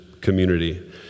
community